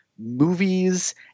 movies